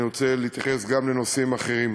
אני רוצה להתייחס גם לנושאים אחרים.